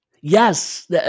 Yes